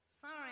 sorry